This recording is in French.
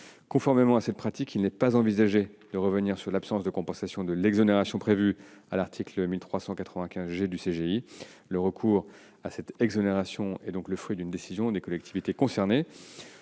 Conformément à cette pratique, il n'est pas envisagé de revenir sur l'absence de compensation de l'exonération prévue à l'article 1395 G du code général des impôts. Le recours à cette exonération est le fruit d'une décision des collectivités concernées.